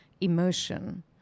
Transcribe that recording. emotion